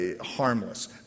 harmless